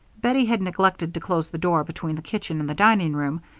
bettie had neglected to close the door between the kitchen and the dining-room,